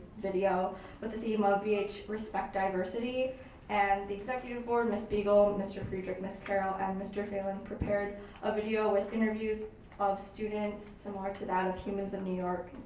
video with the theme of vh respect diver city and the executive board ms. beagle, mr. fredrick, ms. carol, and mr. halen prepared a video with interviews of students similar to that of humans of new york,